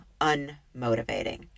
unmotivating